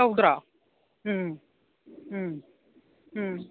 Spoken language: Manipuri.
ꯇꯧꯗ꯭ꯔꯣ ꯎꯝ ꯎꯝ ꯎꯝ